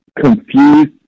confused